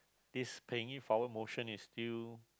this paying it forward motion is still